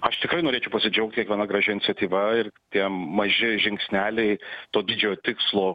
aš tikrai norėčiau pasidžiaugti kiekviena gražia iniciatyva ir tie maži žingsneliai to didžio tikslo